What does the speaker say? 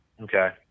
Okay